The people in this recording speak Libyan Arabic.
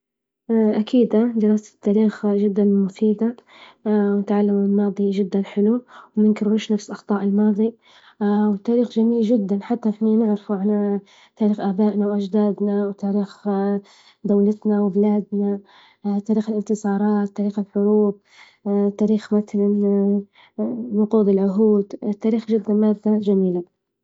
أ أكيدة دراسة تاريخ جدا مفيدة، و تعلم الماضي جدا حلو، ومنكرروش نفس أخطاء الماضي، والتاريخ جميل جدا، حتى إحنا نعرفه عن تاريخ آبائنا وأجدادنا وتاريخ دولتنا وبلادنا، تاريخ الإنتصارات، تاريخ الحروب. تاريخ مثلا نقود العهود، التاريخ جدا مادة جميلة.